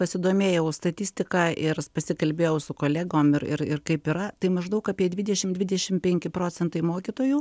pasidomėjau statistika ir pasikalbėjau su kolegom ir ir ir kaip yra tai maždaug apie dvidešim dvidešim penki procentai mokytojų